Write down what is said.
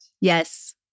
Yes